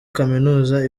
kaminuza